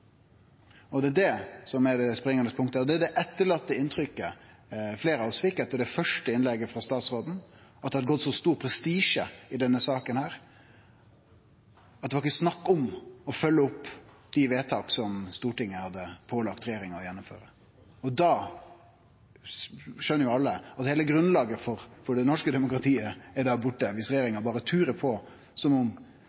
regjering. Det er det som er det springande punktet. Og det er det inntrykket fleire av oss fekk etter det første innlegget frå statsråden, at det har gått så stor prestisje i denne saka at det ikkje var snakk om å følgje opp dei vedtaka som Stortinget hadde pålagt regjeringa å gjennomføre. Alle skjønar jo at da er heile grunnlaget for det norske demokratiet borte, viss